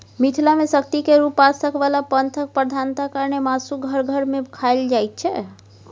मिथिला मे शक्ति केर उपासक बला पंथक प्रधानता कारणेँ मासु घर घर मे खाएल जाइत छै